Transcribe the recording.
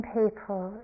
people